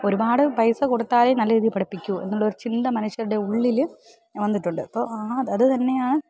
ഒരുപാട് പൈസ കൊടുത്താലേ നല്ല രീതിയിൽ പഠിപ്പിക്കൂ എന്നുള്ള ഒരു ചിന്ത മനുഷ്യരുടെ ഉള്ളിൽ വന്നിട്ടുണ്ട് അപ്പോൾ ആ അത് തന്നെയാണ്